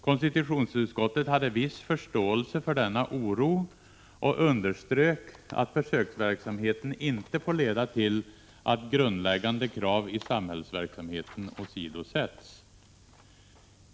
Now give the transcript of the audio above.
Konstitutionsutskottet hade viss förståelse för denna oro och underströk att försöksverksamheten inte får leda till att grundläggande krav på samhällsverksamheten åsidosätts.